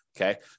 okay